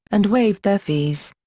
and waived their fees.